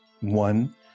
One